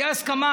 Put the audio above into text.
תהיה הסכמה,